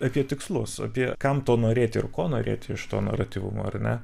apie tikslus apie kam to norėti ir ko norėti iš to naratyvumo ar ne